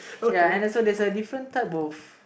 ya and also there's a different type of